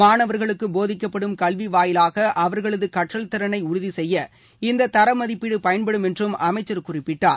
மாணவர்களுக்கு போதிக்கப்படும் கல்வி வாயிலாக அவர்களது கற்றல் திறனை உறுதி செய்ய இந்த தர மதிப்பீடு பயன்படும் என்றும் அமைச்சர் குறிப்பிட்டார்